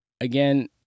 again